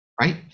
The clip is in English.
right